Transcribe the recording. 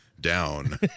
Down